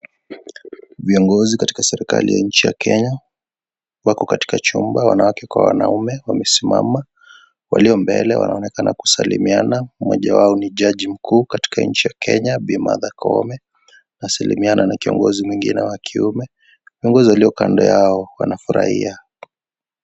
Viongozi katika serikali ya nchi ya Kenya wako katika chumba wanawake kwa wanaume wamesimama. Walio mbele wanaonekana kusalimiana .Mmoja wao ni jaji mkuu katika nchi ya Kenya Bi. Maartha Koome anasalimiana na kiongozi mwingine wa kiume. Viongozi walio kando yao wamefurahia.